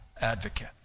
advocate